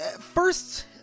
First